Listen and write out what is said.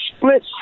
Split